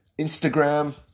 Instagram